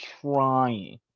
trying